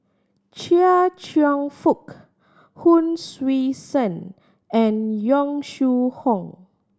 Chia Cheong Fook Hon Sui Sen and Yong Shu Hoong